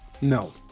No